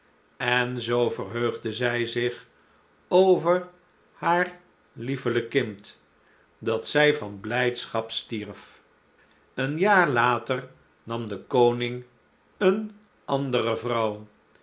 en z verheugde zij zich over haar liefelijk kind dat zij van blijdschap stierf een jaar later nam de koning eene andere vrouw